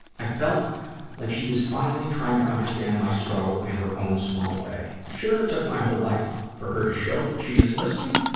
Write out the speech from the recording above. i felt like she was finally trying to understand my struggle in and her own small way. sure, it took my whole life for her to show that she is listening,